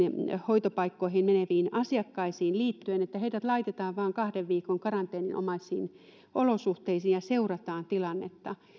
hoitopaikkoihin meneviin asiakkaisiin liittyen että heidät laitetaan vain kahden viikon karanteeninomaisiin olosuhteisiin ja seurataan tilannetta